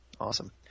Awesome